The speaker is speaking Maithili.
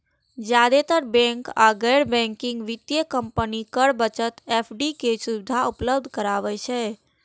जादेतर बैंक आ गैर बैंकिंग वित्तीय कंपनी कर बचत एफ.डी के सुविधा उपलब्ध कराबै छै